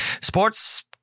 Sports